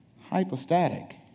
hypostatic